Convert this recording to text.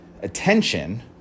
Attention